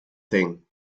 thing